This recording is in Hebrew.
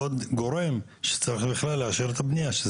עוד גורם שצריך בכלל לאשר את הבנייה.